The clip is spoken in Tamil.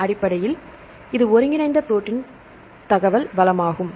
அடிப்படையில் இது ஒருங்கிணைந்த ப்ரோடீன் தகவல் வளமாகும்